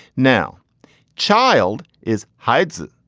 now child is hides it,